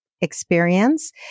experience